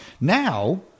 Now